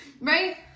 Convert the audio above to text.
right